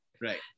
Right